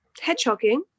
Hedgehogging